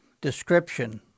description